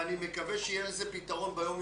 אני מקווה שיהיה לזה פתרון ביום,